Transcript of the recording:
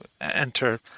enter